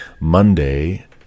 Monday